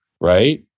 right